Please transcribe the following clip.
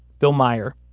bill maier,